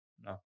No